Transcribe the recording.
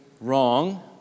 wrong